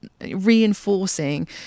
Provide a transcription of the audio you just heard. reinforcing